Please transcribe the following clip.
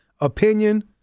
opinion